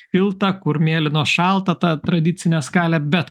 šilta kur mėlynos šalta ta tradicinė skalė bet